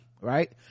right